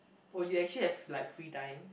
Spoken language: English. oh you actually have like free time